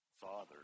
father